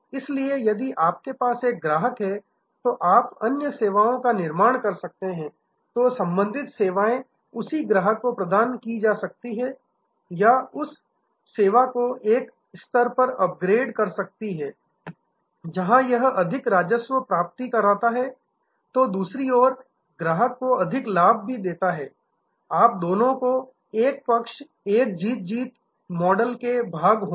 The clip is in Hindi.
इसलिए यदि आपके पास एक ग्राहक है और आप अन्य सेवाओं का निर्माण कर सकते हैं तो संबंधित सेवाएं उसी ग्राहक को प्रदान की जाती हैं या उस सेवा को एक स्तर पर अपग्रेड कर सकती हैं जहां यह अधिक राजस्व की प्राप्ति करता है और दूसरी ओर ग्राहक को अधिक लाभ देता है आप दोनों को पक्ष एक जीत जीत win win Win Win model के भाग होंगे